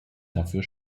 dafür